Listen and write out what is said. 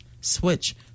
switch